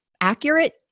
accurate